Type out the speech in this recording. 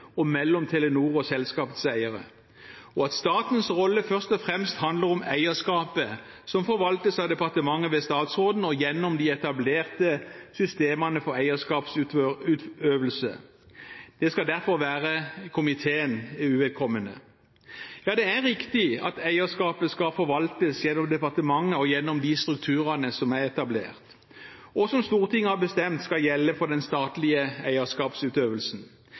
og mellom Telenor og selskapets eiere, og at statens rolle først og fremst handler om eierskapet som forvaltes av departementet ved statsråden og gjennom de etablerte systemene for eierskapsutøvelse. Det skal derfor være komiteen uvedkommende. Det er riktig at eierskapet skal forvaltes gjennom departementet og de strukturene som er etablert, og som Stortinget har bestemt skal gjelde for den statlige eierskapsutøvelsen.